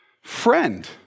Friend